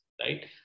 right